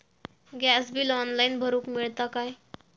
Gas bill online भरुक मिळता काय?